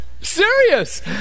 Serious